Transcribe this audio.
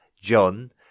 John